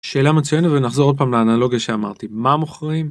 שאלה מצוינת ונחזור עוד פעם לאנלוגיה שאמרתי: מה מוכרים?